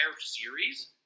series